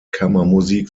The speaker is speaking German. kammermusik